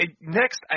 Next